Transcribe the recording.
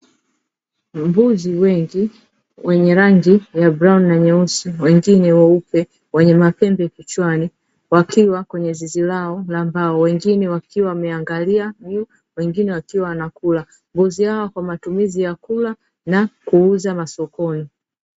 Mbuzi wengi wenye rangi ya brauni na nyeusi wengine weupe wenye mapembe kichwani, wakiwa kwenye zizi lao la mbao wengine wakiwa wameangalia juu, wengine wakiwa wanakula. Mbuzi hao kwa matumizi ya kula na kuuza sokoni.